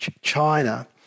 China